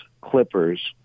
Clippers